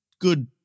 good